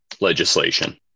legislation